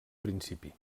principi